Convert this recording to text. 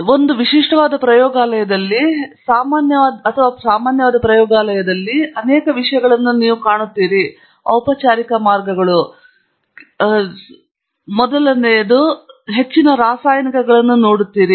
ಈಗ ಒಂದು ವಿಶಿಷ್ಟವಾದ ಪ್ರಯೋಗಾಲಯದಲ್ಲಿ ನೀವು ತಿಳಿದಿರುವಂತಹ ಸಾಮಾನ್ಯವಾದ ಪ್ರಯೋಗಾಲಯದಲ್ಲಿ ನೀವು ಕಾಣುವ ಕೆಲವು ವಿಷಯಗಳು ನಿಮಗೆ ತಿಳಿದಿರುವ ಔಪಚಾರಿಕ ಮಾರ್ಗಗಳು ನಿಮಗೆ ತಿಳಿದಿರುವ ವಿಳಾಸ ಮಾಡುವ ಮೂಲಕ ನೀವು ಸುರಕ್ಷಿತ ರೀತಿಯಲ್ಲಿ ಮಾಡುತ್ತಿರುವಿರಿ ಮೊದಲನೆಯದು ಇದರಲ್ಲಿ ನೀವು ಹೆಚ್ಚಿನ ರಾಸಾಯನಿಕಗಳನ್ನು ನೋಡುತ್ತೀರಿ